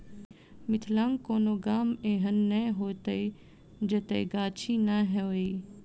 मिथिलाक कोनो गाम एहन नै होयत जतय गाछी नै हुए